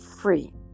free